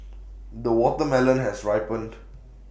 the watermelon has ripened